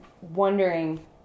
wondering